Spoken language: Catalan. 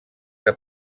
que